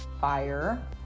fire